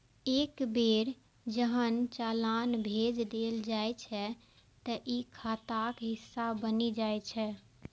एक बेर जहन चालान भेज देल जाइ छै, ते ई खाताक हिस्सा बनि जाइ छै